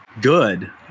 Good